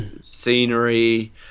scenery